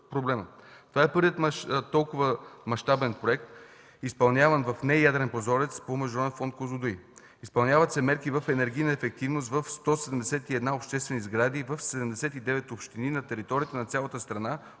Това е първият транш на толкова мащабен проект, изпълняван по „не-ядрен” прозорец по Международен фонд „Козлодуй”. Изпълняват се мерки по енергийна ефективност в 181 обществени сгради в 79 общини на територията на цялата страна,